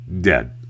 dead